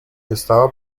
estaba